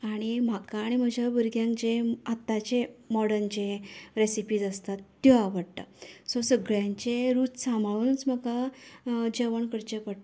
आनी म्हाका आनी म्हज्या भुरग्यांक जें आत्ताचे मॉर्डन जें रेसिपी आसतात त्यो आवडटा सो सगळ्यांची रूच सांबाळूनच म्हाका जेवण करचे पडटा